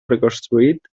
reconstruït